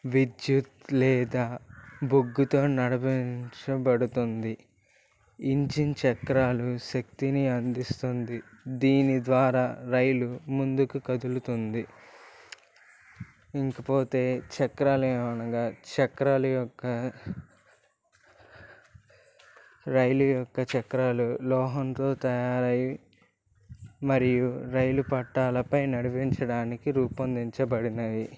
విద్యుత్ లేదా బొగ్గుతో నడిపించబడుతోంది ఇంజన్ చక్రాలు శక్తిని అందిస్తుంది దీని ద్వారా రైలు ముందుకు కదులుతుంది ఇంకా పోతే చక్రాలు అనగా చక్రాల యొక్క రైలు యొక్క చక్రాలు లోహంతో తయారై మరియు రైలు పట్టాలపై నడిపించడానికి రూపొందించబడినవి